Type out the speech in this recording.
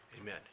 Amen